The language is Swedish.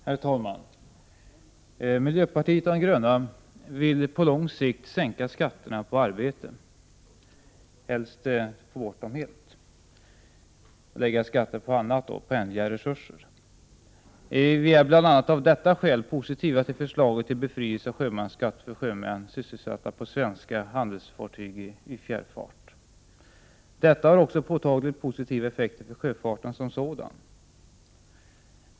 Herr talman! Miljöpartiet de gröna vill på lång sikt sänka skatterna på arbete, helst få bort dem helt och lägga skatten på annat, bl.a. ändliga resurser. Vi är bl.a. av detta skäl positiva till förslaget om befrielse från sjömansskatt för sjömän sysselsatta på svenska handelsfartyg i fjärrfart. Detta har också en påtaglig positiv effekt på sjöfarten som sådan.